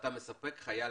שאתה מספק חדר לחייל.